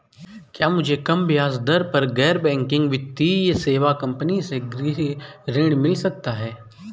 क्या मुझे कम ब्याज दर पर गैर बैंकिंग वित्तीय सेवा कंपनी से गृह ऋण मिल सकता है?